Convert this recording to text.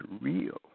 real